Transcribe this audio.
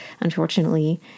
unfortunately